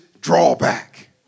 drawback